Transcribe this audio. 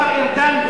השר ארדן,